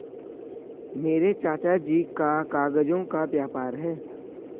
मेरे चाचा जी का कागजों का व्यापार है